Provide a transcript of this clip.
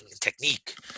technique